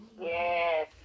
Yes